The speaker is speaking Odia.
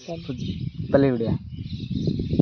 କଲି ଗୁଡ଼ିଆ